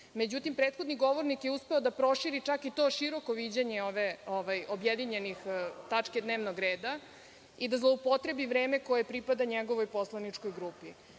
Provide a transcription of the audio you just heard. Međutim, prethodni govornik je uspeo da proširi čak i to široko viđenje objedinjenih tačaka dnevnog reda i da zloupotrebi vreme koje pripada njegovoj poslaničkoj